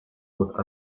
год